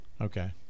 Okay